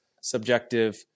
subjective